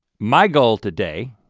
my goal today,